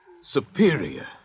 Superior